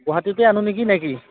গুৱাহাটীতে আনো নেকি না কি